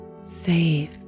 safe